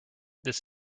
this